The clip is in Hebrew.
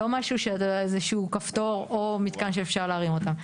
לא משהו, איזה כפתור או מתקן שאפשר להרים אותם.